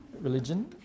religion